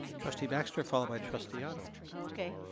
trustee baxter followed by trustee otto. okay,